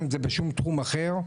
אין את זה בשום תחום אחר.